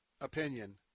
opinion